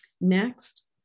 Next